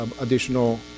additional